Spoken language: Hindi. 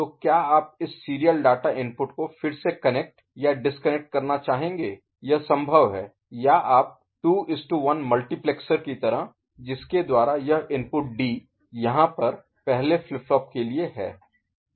तो क्या आप इस सीरियल डाटा इनपुट को फिर से कनेक्ट या डिस्कनेक्ट करना चाहेंगे यह संभव है या आप 21 मल्टीप्लेक्सर की तरह जिसके द्वारा यह इनपुट डी यहाँ पर पहले फ्लिप फ्लॉप के लिए है